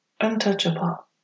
untouchable